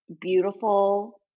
beautiful